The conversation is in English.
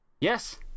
Yes